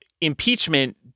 impeachment